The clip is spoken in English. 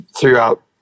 throughout